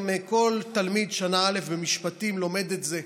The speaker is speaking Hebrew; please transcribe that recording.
גם כל תלמיד שנה א' במשפטים לומד את זה,